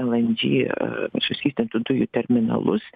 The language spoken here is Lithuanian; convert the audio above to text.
elendži suskystintų dujų terminalus